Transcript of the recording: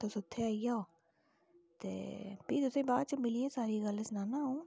तुस इत्थै आई जाओ ते फ्ही तुसेंगी बाद च मिलियै सारी गल्ल सनाना अऊं